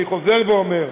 אני חוזר ואומר: